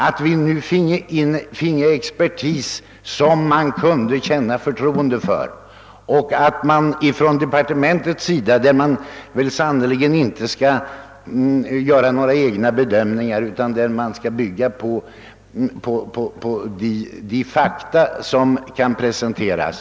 När vi nu får en expertis som vi kan känna förtroende för skall departementet inte göra några egna bedömningar utan man skall bygga på de fakta som presenteras.